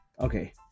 okay